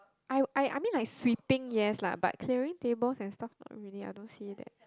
I I I mean like sweeping yes lah but clearing tables and stuff not really I don't see that